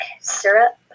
syrup